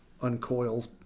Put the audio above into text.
uncoils